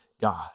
God